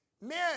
Men